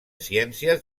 ciències